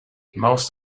most